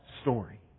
story